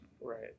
right